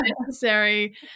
necessary